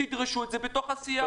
תדרשו את זה בתוך הסיעה.